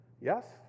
Yes